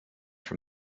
from